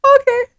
Okay